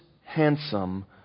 handsome